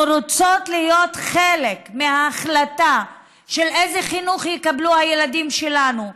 אנחנו רוצות להיות חלק מההחלטה של איזה חינוך יקבלו הילדים שלנו,